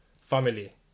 family